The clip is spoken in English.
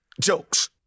jokes